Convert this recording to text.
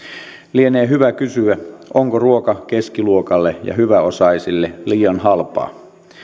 lienee hyvä kysyä onko ruoka keskiluokalle ja hyväosaisille liian halpaa